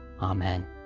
Amen